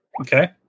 Okay